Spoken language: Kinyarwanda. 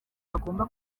agomba